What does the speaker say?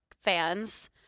fans